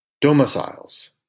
domiciles